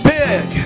big